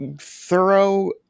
thorough